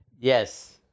Yes